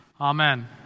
Amen